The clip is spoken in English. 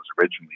originally